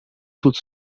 sul